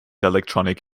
electronic